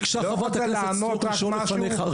ביקשה חברת הכנסת סטרוק לשאול לפניך.